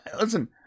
listen